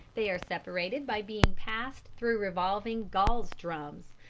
they are separated by being passed through revolving gauze drums,